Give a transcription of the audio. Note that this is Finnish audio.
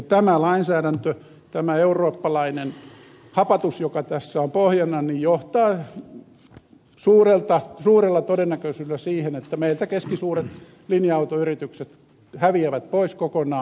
tämä lainsäädäntö tämä eurooppalainen hapatus joka tässä on pohjana johtaa suurella todennäköisyydellä siihen että meiltä keskisuuret linja autoyritykset häviävät pois kokonaan